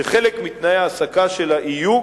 וחלק מתנאי העסקה יהיו,